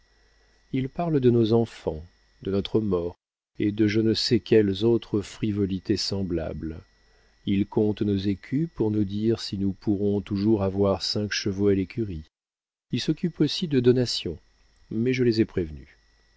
ils parlent de nos enfants de notre mort et de je ne sais quelles autres frivolités semblables ils comptent nos écus pour nous dire si nous pourrons toujours avoir cinq chevaux à l'écurie ils s'occupent aussi de donations mais je les ai prévenus